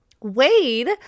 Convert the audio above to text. Wade